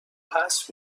حذف